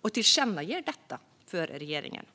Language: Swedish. Vad hade det kostat att tillkännage detta för regeringen?